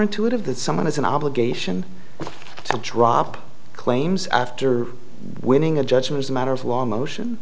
intuitive that someone has an obligation to drop claims after winning a judge was a matter of law motion